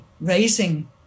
raising